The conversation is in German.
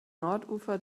nordufer